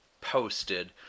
posted